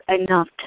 enough